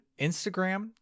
Instagram